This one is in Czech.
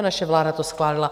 Naše vláda to schválila.